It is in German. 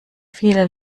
viele